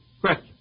Question